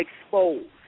exposed